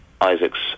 Isaac's